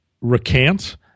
recant